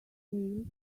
details